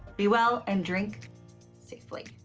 be well and drink safely.